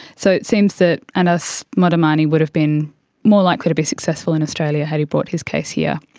so it seems that anas modamani would have been more likely to be successful in australia had he brought his case here.